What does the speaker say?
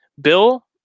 Bill